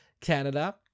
Canada